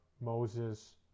Moses